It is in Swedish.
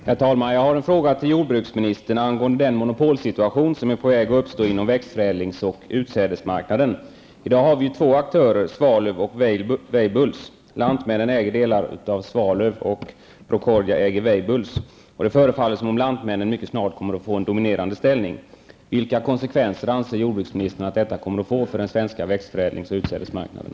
Herr talman! Jag har en fråga till jordbruksministern angående den monopolsituation som är på väg att uppstå inom växtförädlings och utsädesmarknaden. I dag finns två aktörer, nämligen Svalöv och Weibulls. Lantmännen äger delar av Svalöv, och Procordia äger Weibulls, och det förefaller som om Lantmännen mycket snart kommer att få en dominerande ställning. Vilka konsekvenser anser jordbruksministern att detta kommer att få för den svenska växtförädlings och utsädesmarknaden?